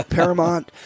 Paramount